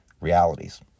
realities